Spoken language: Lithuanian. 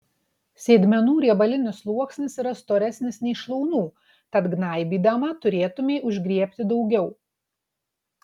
sėdmenų riebalinis sluoksnis yra storesnis nei šlaunų tad gnaibydama turėtumei užgriebti daugiau